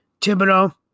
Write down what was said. Thibodeau